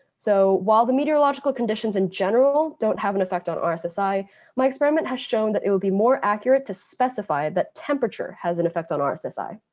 so while the meteorological conditions in general don't have an effect on ah rssi, my experiment has shown that it will be more accurate to specify that temperature has an effect on ah rssi.